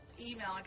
email